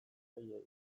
haiei